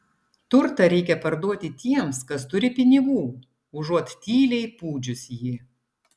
turtą reikia parduoti tiems kas turi pinigų užuot tyliai pūdžius jį